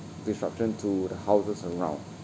disruption to the houses around